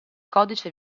codice